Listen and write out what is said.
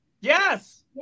Yes